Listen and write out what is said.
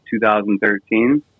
2013